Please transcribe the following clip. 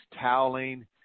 toweling